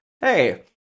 hey